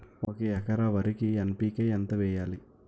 ఒక ఎకర వరికి ఎన్.పి.కే ఎంత వేయాలి?